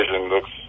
looks